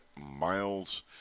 Miles